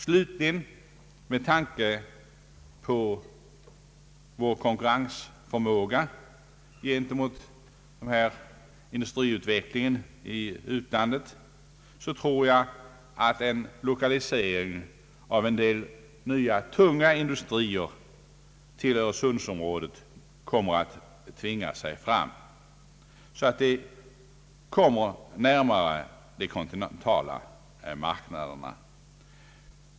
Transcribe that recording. Slutligen tror jag — med tanke på vår konkurrensförmåga gentemot den nämnda industriutvecklingen i utlan det — att en lokalisering av en del nya tunga industrier till Öresundsområdet tvingar sig fram, för att de skall komma närmare .de kontinentala marknaderna.